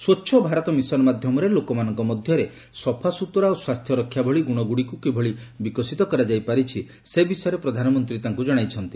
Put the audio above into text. ସ୍ପଚ୍ଛଭାରତ mission ମାଧ୍ୟମରେ ଲୋକମାନଙ୍କ ମଧ୍ୟରେ ସଫାସ୍ତୁତରା ଓ ସ୍ୱାସ୍ଥ୍ୟରକ୍ଷା ଭଳି ଗୁଣଗୁଡ଼ିକୁ କିଭଳି ବିକଶିତ କରାଯାଇ ପାରିଛି ସେ ବିଷୟରେ ପ୍ରଧାନମନ୍ତ୍ରୀ ତାଙ୍କୁ ଜଣାଇଛନ୍ତି